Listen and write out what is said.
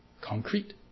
concrete